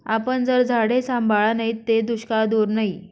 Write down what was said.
आपन जर झाडे सांभाळा नैत ते दुष्काळ दूर नै